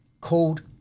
called